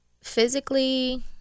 Physically